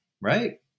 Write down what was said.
right